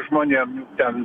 žmonėm jau ten